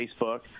Facebook